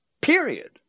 period